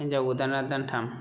हिनजाव गोदाना दानथाम